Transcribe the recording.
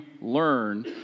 learn